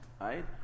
right